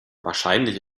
wahrscheinlich